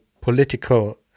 political